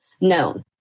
known